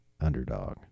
underdog